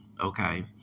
Okay